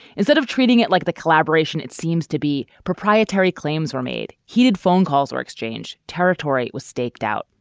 instead of treating it like the collaboration, it seems to be proprietary claims were made heated phone calls or exchange territory was staked out.